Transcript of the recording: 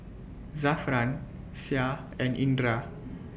Zafran Syah and Indra